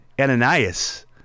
Ananias